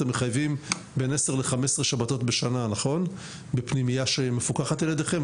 אתם מחייבים בין 10 ל-5 שבתות לשנה בפנימיות שמפוקחות על ידכם.